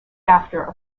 after